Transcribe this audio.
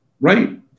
right